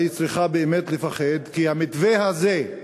היא צריכה באמת לפחד כי המתווה הזה,